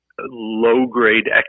low-grade